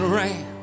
rain